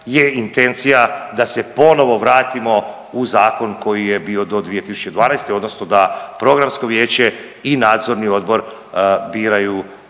je intencija da se ponovo vratimo u zakon koji je bio do 2012. odnosno da Programsko vijeće i Nadzorni odbor biraju